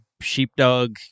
sheepdog